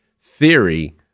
theory